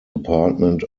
apartment